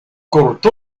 cortó